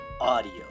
audio